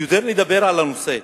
יותר לדבר על הנושא,